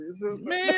Man